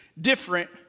different